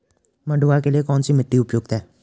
मंडुवा के लिए कौन सी मिट्टी उपयुक्त है?